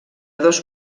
dos